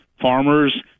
farmers